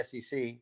SEC